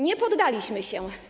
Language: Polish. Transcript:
Nie poddaliśmy się.